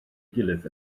gilydd